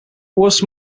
was